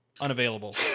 unavailable